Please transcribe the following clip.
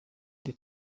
die